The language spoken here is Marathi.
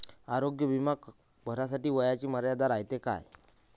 आरोग्य बिमा भरासाठी वयाची मर्यादा रायते काय?